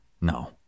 No